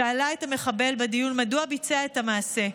שאלה את המחבל בדיון מדוע ביצע את המעשה,